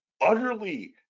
utterly